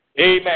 amen